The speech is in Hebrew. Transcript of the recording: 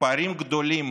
פערים גדולים